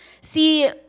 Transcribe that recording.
See